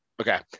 okay